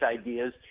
ideas